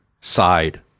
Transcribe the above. side